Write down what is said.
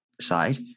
side